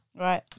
Right